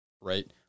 right